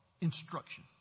instruction